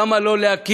למה לא להקים